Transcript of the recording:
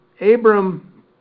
Abram